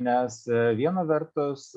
nes viena vertus